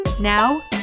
Now